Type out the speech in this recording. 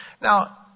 Now